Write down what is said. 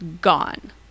gone